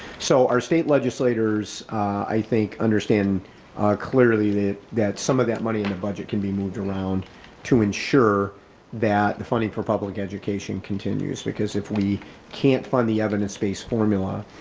so our state legislators i think understand clearly that some of that money in the budget can be moved around to ensure that the funding for public education continues. because if we can't find the evidence-based formula,